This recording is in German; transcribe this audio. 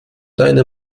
deine